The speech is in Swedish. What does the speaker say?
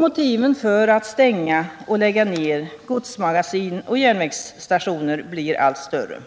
Motiven för att stänga och lägga ner godsmagasin och järnvägsstationer blir allt större.